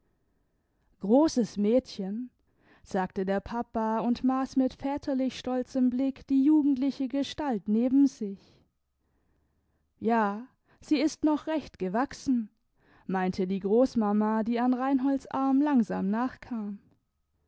großes mädchen sagte der papa und maß mit väterlich stolzem blick die jugendliche gestalt neben sich ja sie ist noch recht gewachsen meinte die großmama die an reinholds arm langsam nachkam